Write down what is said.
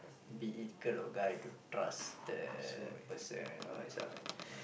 be it girl or guy to trust the person